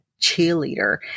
cheerleader